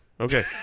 Okay